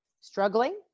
struggling